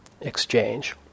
exchange